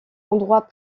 endroit